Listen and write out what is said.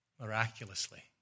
miraculously